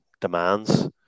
demands